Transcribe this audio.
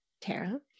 Tara